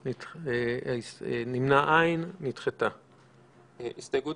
נמנעים, אין ההסתייגות